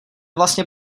vlastně